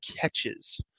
catches